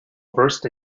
versed